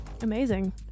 Amazing